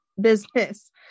business